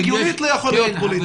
הגיונית זה לא יכול להיות פוליטי.